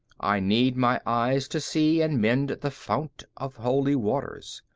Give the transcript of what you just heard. i need my eyes to see and mend the fount of holy waters.